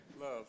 Love